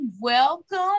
welcome